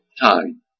time